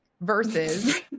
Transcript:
versus